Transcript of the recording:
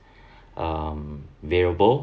um variable